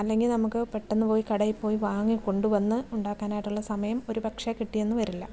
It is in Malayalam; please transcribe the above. അല്ലെങ്കിൽ നമുക്ക് പെട്ടെന്ന് പോയി കടയിൽ പോയി വാങ്ങി കൊണ്ട് വന്ന് ഉണ്ടാക്കാനായിട്ടുള്ള സമയം ഒരുപക്ഷേ കിട്ടിയെന്ന് വരില്ല